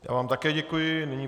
Já vám také děkuji.